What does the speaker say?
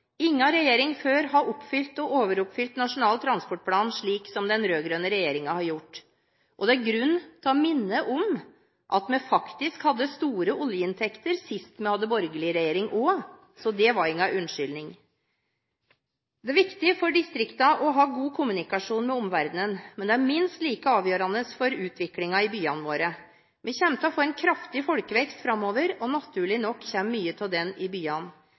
Ingen tidligere regjering har oppfylt og overoppfylt Nasjonal transportplan slik som den rød-grønne regjeringen har gjort. Og det er grunn til å minne om at vi faktisk hadde store oljeinntekter sist vi hadde borgerlig regjering også – så det er ingen unnskyldning. Det er viktig for distriktene å ha god kommunikasjon med omverdenen, men det er minst like avgjørende for utviklingen i byene våre. Vi kommer til å få en kraftig folkevekst framover, og naturlig nok kommer mye av den i byene.